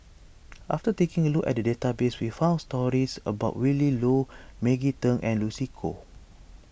after taking a look at the database we found stories about Willin Low Maggie Teng and Lucy Koh